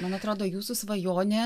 man atrodo jūsų svajonė